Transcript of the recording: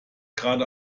gerade